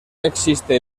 existe